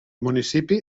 municipi